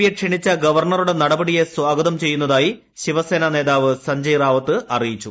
യെ ക്ഷണിച്ചു ഗവർണറുടെ നടപടിയെ സ്വാഗതം ചെയ്യുന്നതായി ശിവസേന നേതാവ് സഞ്ജയ് റാവത്ത് അറിയിച്ചു